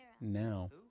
now